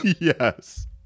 Yes